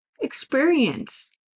experience